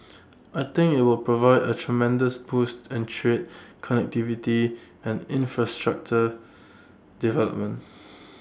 I think IT will provide A tremendous boost and trade connectivity and infrastructure development